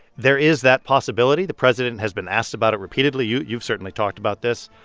there is that possibility. the president has been asked about it repeatedly. you've you've certainly talked about this.